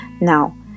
now